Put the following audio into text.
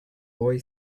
boy